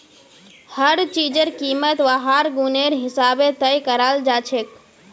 हर चीजेर कीमत वहार गुनेर हिसाबे तय कराल जाछेक